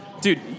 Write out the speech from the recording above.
Dude